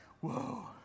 whoa